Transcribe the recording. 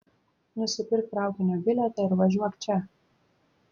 nusipirk traukinio bilietą ir važiuok čia